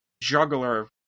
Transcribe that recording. juggler